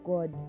God